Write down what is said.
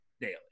daily